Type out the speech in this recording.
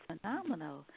phenomenal